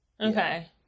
Okay